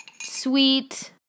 sweet